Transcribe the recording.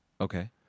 okay